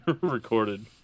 recorded